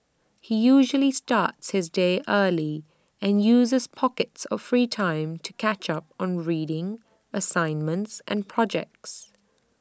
he usually starts his day early and uses pockets of free time to catch up on reading assignments and projects